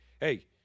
hey